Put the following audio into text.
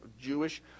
Jewish